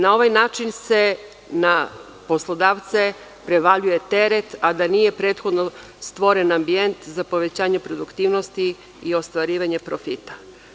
Na ovaj način se na poslodavce prevaljuje teret, a da nije prethodno stvoren ambijent za povećanje produktivnosti i ostvarivanje profita.